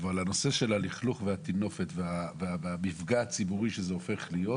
אבל נושא הלכלוך והטינופת והמפגע הציבורי שזה הופך להיות,